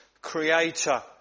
Creator